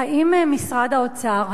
האם משרד האוצר,